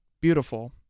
beautiful